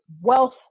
wealth